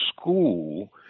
school